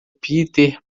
peter